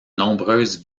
nombreuses